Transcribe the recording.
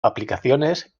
aplicaciones